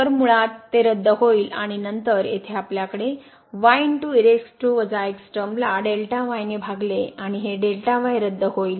तर मुळात ते रद्द होईल आणि नंतर येथे आपल्याकडे टर्मला ने भागले आणि हे रद्द होईल